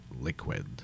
liquid